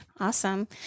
Awesome